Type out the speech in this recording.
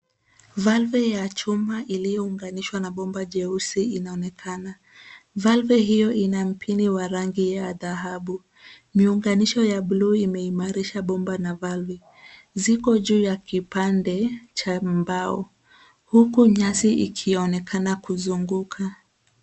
Valve ya chuma iliyounganishwa na bomba jeusi inaonekana. Valve hio ina mpini wa rangi ya dhahabu. Miunganisho ya bluu imeimarisha bomba na valve. Ziko juu ya kipande cha mbao, huku nyasi ikionekana kuzunguka.